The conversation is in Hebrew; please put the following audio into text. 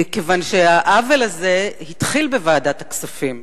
כיוון שהעוול הזה התחיל בוועדת הכספים.